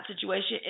situation